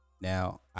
Now